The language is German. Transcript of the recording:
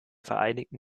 vereinigten